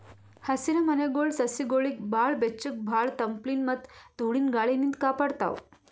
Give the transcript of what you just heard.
ಹಸಿರಮನೆಗೊಳ್ ಸಸಿಗೊಳಿಗ್ ಭಾಳ್ ಬೆಚ್ಚಗ್ ಭಾಳ್ ತಂಪಲಿನ್ತ್ ಮತ್ತ್ ಧೂಳಿನ ಗಾಳಿನಿಂತ್ ಕಾಪಾಡ್ತಾವ್